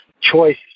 choice